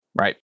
Right